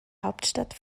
hauptstadt